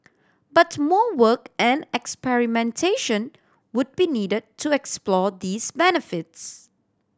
but more work and experimentation would be need to explore these benefits